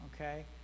okay